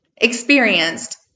experienced